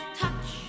touch